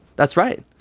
that's right.